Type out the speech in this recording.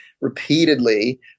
repeatedly